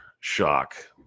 shock